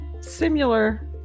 similar